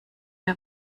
der